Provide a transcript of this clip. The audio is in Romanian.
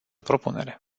propunere